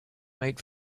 made